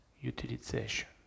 utilization